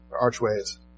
archways